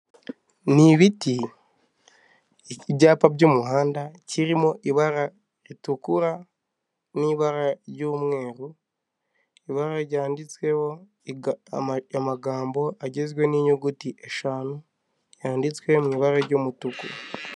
Ni ibiti, ibyapa by'umuhanda kirimo ibara ritukura n'ibara ry'umweru, ibara ryanditsweho amagambo agizwe n'inyuguti eshanu yanditswe mu ibara ry'umutuku.